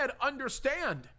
understand